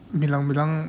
bilang-bilang